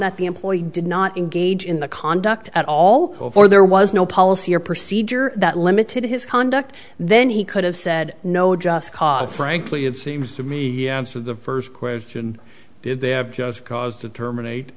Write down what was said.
that the employee did not engage in the conduct at all or there was no policy or procedure that limited his conduct then he could have said no just cause frankly it seems to me that the first question did they have just cause to terminate